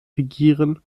regieren